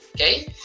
okay